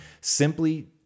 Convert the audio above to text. Simply